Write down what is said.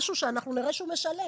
משהו שאנחנו נראה שהוא משלם.